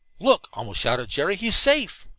look! almost shouted jerry. he's safe!